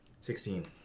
Sixteen